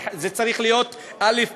זה צריך להיות אלף-בית,